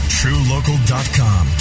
truelocal.com